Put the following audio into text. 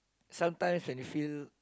sometimes when you feel